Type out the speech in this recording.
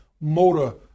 motor